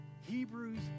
Hebrews